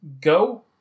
Go